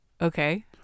okay